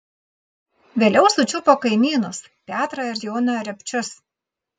vėliau sučiupo kaimynus petrą ir joną repčius